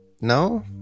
no